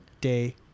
day